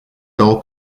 dull